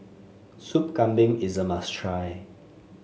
Soup Kambing is a must try